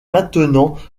maintenant